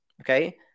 okay